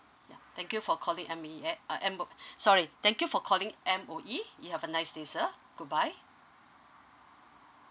ya thank you for calling M_E_A uh M_O sorry thank you for calling M_O_E you have a nice day sir goodbye